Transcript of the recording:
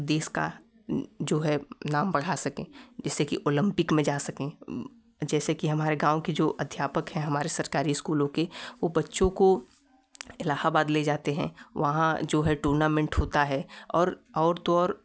देश का जो है नाम बढ़ा सके जैसे कि ओलम्पिक में जा सके जैसे कि हमारे गाँव के अध्यापक है हमारे सरकारी स्कूलों के वह बच्चों को इलाहाबाद ले जाते हैं वहाँ जो है टुनामेन्ट होता है और और तो और